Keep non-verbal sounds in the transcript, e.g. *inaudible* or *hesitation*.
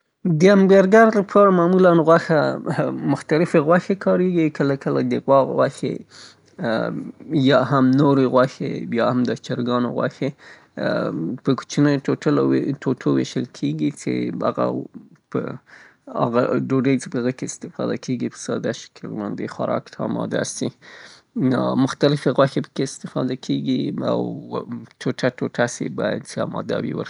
د همبرګر غوښې د جوړولو نه مخکې باید تعین سي چې د چیښي غوښه يې، هغه د غوا یا د خوسي او *hesitation* یا د وزې او یا هم د چرګ غوښه اوسي، او بیا وروسته دهغه نه په مسالو کې مخلوط سي ، په ګریل او یا هم په ټوټو باندې وویشل سي، او برګر ته اماده سي، کله څې اماده سوه د ګریل په شکل باندې پخه سي او بیا وروسته همبرګر وکارول.